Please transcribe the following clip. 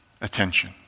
attention